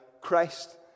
Christ